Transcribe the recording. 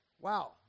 Wow